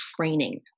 training